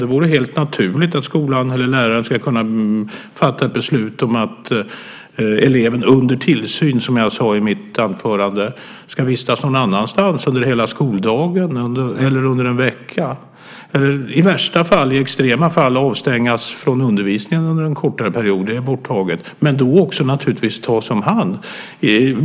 Det vore naturligt att läraren eller skolan skulle kunna fatta beslut om att eleven under tillsyn, som jag sade i mitt anförande, ska vistas någon annanstans under hela skoldagen eller under en vecka eller, i extrema fall, avstängas från undervisningen under en kortare period. Det är borttaget. Eleven ska naturligtvis då också tas om hand.